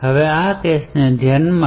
હવે આ કેસને ધ્યાનમાં લો